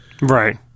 Right